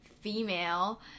female